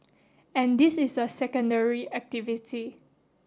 and this is a secondary activity